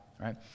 right